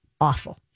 awful